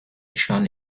chun